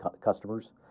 customers